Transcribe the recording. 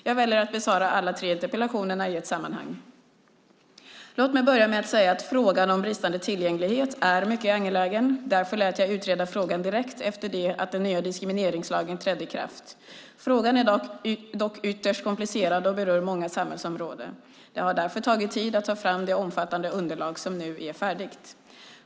Jag väljer att besvara alla tre interpellationerna i ett sammanhang. Låt mig börja med att säga att frågan om bristande tillgänglighet är mycket angelägen. Därför lät jag utreda frågan direkt efter det att den nya diskrimineringslagen trädde i kraft. Frågan är dock ytterst komplicerad och berör många samhällsområden. Det har därför tagit tid att ta fram det omfattande underlag som nu är färdigt.